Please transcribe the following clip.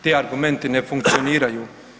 Ti argumenti ne funkcioniraju.